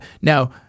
Now